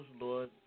Lord